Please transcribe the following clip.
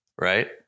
right